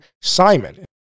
Simon